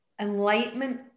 enlightenment